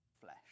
flesh